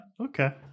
Okay